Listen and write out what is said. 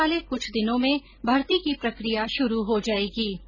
आने वाले कुछ दिनों में भर्ती की प्रक्रिया शुरू हो जायेगी